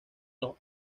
los